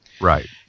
Right